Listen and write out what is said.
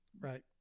Right